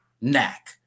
knack